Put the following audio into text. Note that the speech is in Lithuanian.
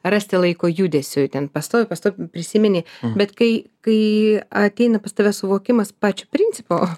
rasti laiko judesiui ten pastovi pastovi prisimeni bet kai kai ateina pas tave suvokimas pačio principo